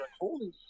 holy